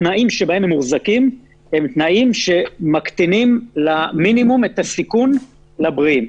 התנאים שבהם הם מוחזקים הם תנאים שמקטינים למינימום את הסיכון לבריאים.